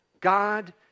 God